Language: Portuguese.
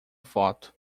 foto